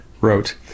wrote